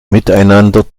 miteinander